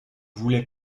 voulais